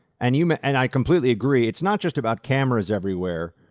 and you know and i completely agree it's not just about cameras everywhere,